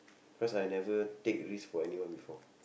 cause I never take risk for anyone before